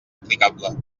aplicable